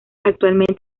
actualmente